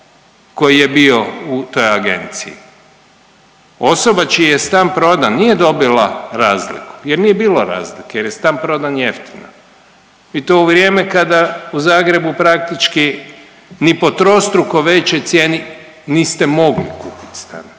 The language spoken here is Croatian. koji je bio u toj agenciji. Osoba čiji je stan prodan nije dobila razliku jer nije bilo razlike jer je stan prodan jeftino i to u vrijeme kada u Zagrebu praktički ni po trostruko većoj cijeni niste mogli kupiti stan